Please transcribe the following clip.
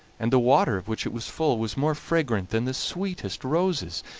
and the water, of which it was full, was more fragrant than the sweetest roses.